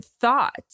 thought